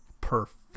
Perfect